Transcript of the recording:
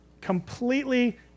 completely